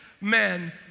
men